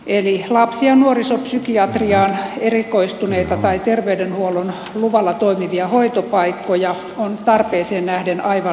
lapsi ja nuorisopsykiatriaan erikoistuneita terveydenhuollon luvalla toimivia hoitopaikkoja on tarpeeseen nähden aivan liian vähän